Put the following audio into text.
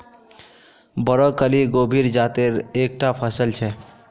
broccoli गोभीर जातेर एक टा फसल छे